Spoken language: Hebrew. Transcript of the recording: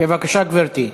בבקשה, גברתי.